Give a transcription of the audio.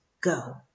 go